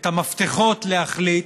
את המפתחות להחליט